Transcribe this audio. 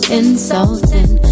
insulting